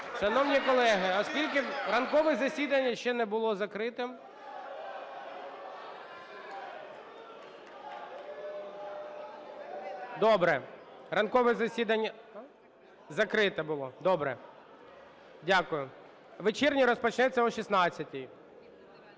Шановні колеги, оскільки ранкове засідання ще не було закритим… (Шум у залі) Добре. Ранкове засідання закрите було. Добре. Дякую. Вечірнє розпочнеться о 16-й.